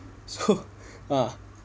so ah